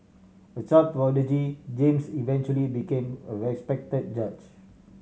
a child prodigy James eventually became a respect judge